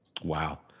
Wow